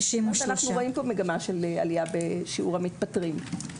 אנחנו רואים פה מגמה של עלייה בשיעור המתפטרים.